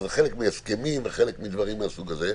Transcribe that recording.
שזה חלק מהסכמים ודברים מהסוג הזה,